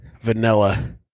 vanilla